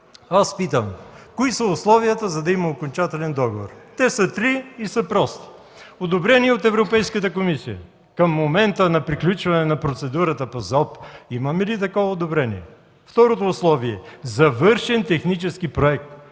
Аз питам: кои са условията, за да има окончателен договор? Те са три и са прости. Одобрение от Европейската комисия. Към момента на приключване на процедурата по ЗОП, имаме ли такова одобрение? Второто условие – завършен технически проект.